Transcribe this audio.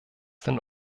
den